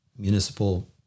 municipal